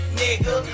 nigga